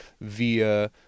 via